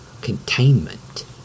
containment